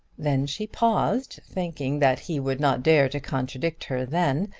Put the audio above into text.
then she paused thinking that he would not dare to contradict her then,